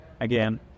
again